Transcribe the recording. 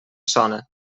sona